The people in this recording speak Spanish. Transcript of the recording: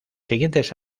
siguientes